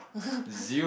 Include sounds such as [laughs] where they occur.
[laughs]